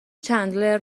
چندلر